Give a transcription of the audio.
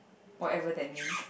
whatever that mean